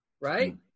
right